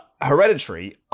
Hereditary